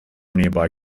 nearby